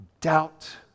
doubt